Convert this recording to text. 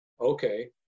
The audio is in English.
Okay